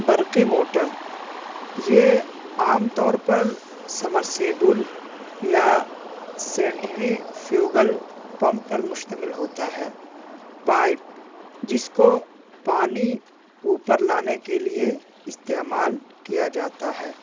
برقی موٹر یہ عام طور پر سمرسیبل یا سینٹری فیوگل پمپ پر مشتمل ہوتا ہے پائپ جس کو پانی اوپر لانے کے لیے استعمال کیا جاتا ہے